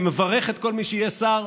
אני מברך את כל מי שיהיה שר,